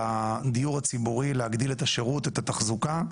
בדיור הציבורי, להגדיל את השירות, את התחזוקה.